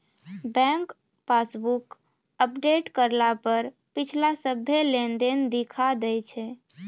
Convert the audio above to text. bank passbook update करला पर पिछला सभ्भे लेनदेन दिखा दैय छै